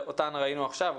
שאותן ראינו עכשיו.